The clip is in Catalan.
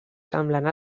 semblant